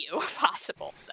possible